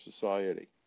society